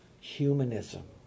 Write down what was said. humanism